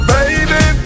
Baby